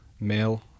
male